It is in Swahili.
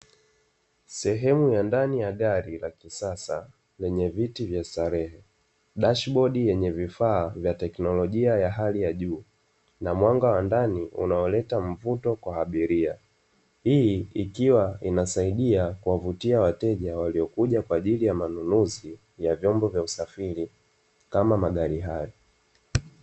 Sehemu ya ndani ya gari la kisasa lenye viti vya starehe, dashibodi yenye vifaa vya teknolojia ya hali ya juu na mwanga wa ndani unaoleta mvuto kwa abilia. Hii ikiwa inasaidia kuwavutia wateja waliokuja kwa ajili ya manunuzi ya vyombo vya usafiri kama magari haya.